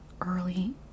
early